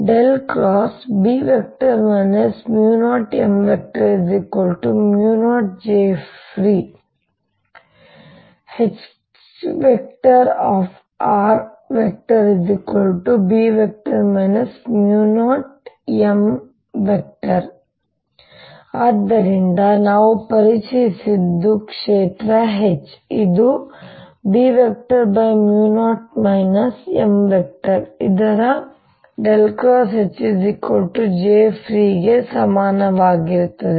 B 0M0jfree H rB 0M ಆದ್ದರಿಂದ ನಾವು ಪರಿಚಯಿಸಿದ್ದು ಕ್ಷೇತ್ರ H ಇದು B0 M ಇದರ Hjfree ಸಮಾನವಾಗಿರುತ್ತದೆ